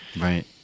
Right